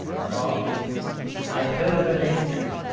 margaret i had heard her name, too.